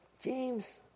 James